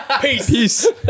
Peace